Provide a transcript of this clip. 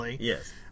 Yes